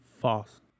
False